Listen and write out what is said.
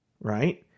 Right